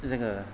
जोङो